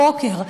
הבוקר,